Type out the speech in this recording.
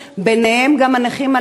ביניהם גם הנכים הללו,